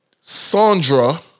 Sandra